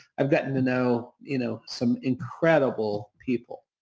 i've gotten to know you know some incredible people.